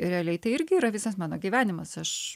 realiai tai irgi yra visas mano gyvenimas aš